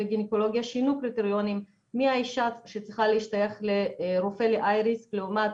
שינו קריטריונים של מי האישה שצריכה להשתייך לרופא --- לעומת